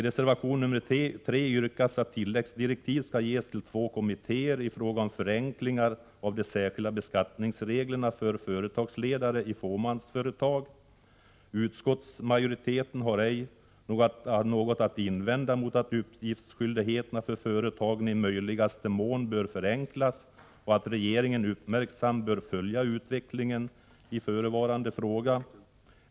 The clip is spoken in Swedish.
Utskottsmajoriteten har ej något att invända mot uttalandet att uppgiftsskyldigheten för företagen i möjligaste mån bör förenklas och att regeringen uppmärksamt bör följa utvecklingen i förevarande fråga.